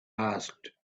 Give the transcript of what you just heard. asked